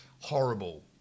Horrible